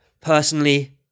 Personally